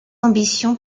ambition